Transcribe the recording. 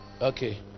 Okay